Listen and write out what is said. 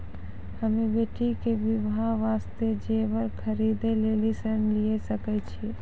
हम्मे बेटी के बियाह वास्ते जेबर खरीदे लेली ऋण लिये सकय छियै?